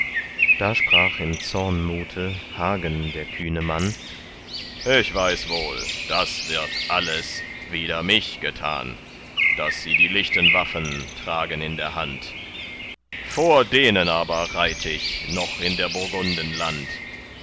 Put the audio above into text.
da sprach im zornmute hagen der kühne mann ich weiß wohl das wird alles wider mich getan daß sie die lichten waffen tragen in der hand vor denen aber reit ich noch in der burgunden land